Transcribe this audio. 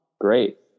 great